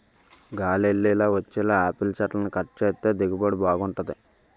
గాలి యెల్లేలా వచ్చేలా యాపిల్ సెట్లని కట్ సేత్తే దిగుబడి బాగుంటది